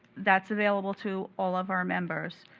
that's available to all of our members.